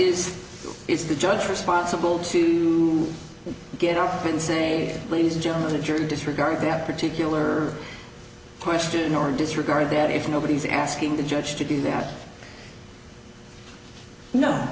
is is the judge responsible to get off and say ladies and gentlemen the jury disregard that particular question or disregard that if nobody's asking the judge to do that no